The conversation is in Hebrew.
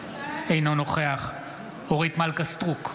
אינו נוכח אורית מלכה סטרוק,